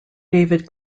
david